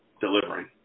delivering